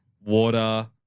water